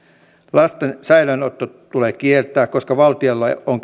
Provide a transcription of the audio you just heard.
lasten säilöönotto tulee kieltää koska valtioilla on